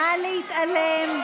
נא להתעלם.